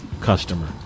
customer